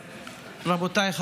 תודה רבה, אדוני היושב-ראש.